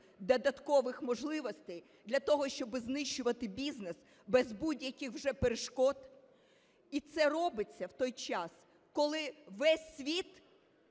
додаткових можливостей для того, щоб знищувати бізнес без будь-яких вже перешкод, і це робиться в той час, коли весь світ